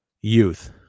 youth